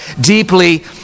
deeply